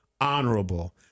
honorable